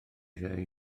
eiriau